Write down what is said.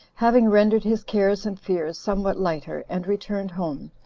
having rendered his cares and fears somewhat lighter, and returned home.